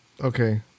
Okay